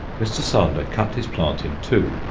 mr. sander cut his plant in two,